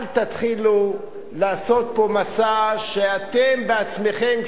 אל תתחילו לעשות פה מסע שאתם בעצמכם,